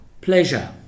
pleasure